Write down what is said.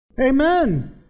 Amen